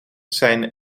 zijn